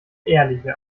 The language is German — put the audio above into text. ehrliche